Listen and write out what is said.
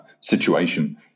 situation